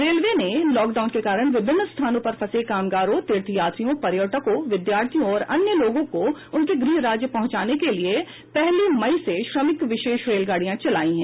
railway ने lockdown के कारण विभिन्न स्थानों पर फंसे कामगारों तीर्थ यात्रियों पर्यटकों विद्यार्थियों और अन्य लोगों को उनके गृह राज्य पहुंचाने के लिए पहली मईसे श्रमिक विशेष रेलगाड़ियां चलाई हैं